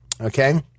Okay